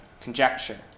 conjecture